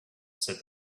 said